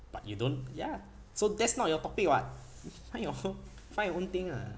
but you don't ya so that's not your topic [what] find your own find your own thing ah